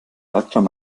albtraum